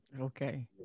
Okay